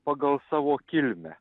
pagal savo kilmę